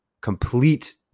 Complete